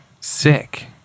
Sick